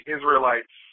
Israelites